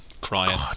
Crying